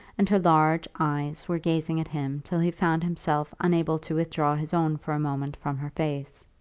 and her large eyes were gazing at him till he found himself unable to withdraw his own for a moment from her face.